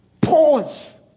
Pause